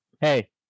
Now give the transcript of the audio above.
Hey